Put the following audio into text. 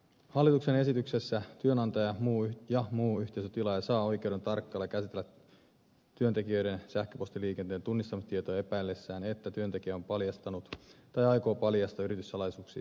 hallituksen esityksessä työnantaja ja muu yhteisötilaaja saa oikeuden tarkkailla ja käsitellä työntekijöiden sähköpostiliikenteen tunnistamistietoja epäillessään että työntekijä on paljastanut tai aikoo paljastaa yrityssalaisuuksia sähköpostissa